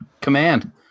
command